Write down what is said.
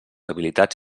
habilitats